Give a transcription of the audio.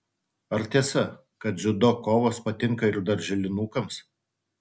ar tiesa kad dziudo kovos patinka ir darželinukams